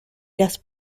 las